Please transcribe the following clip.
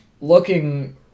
looking